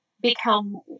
become